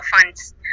funds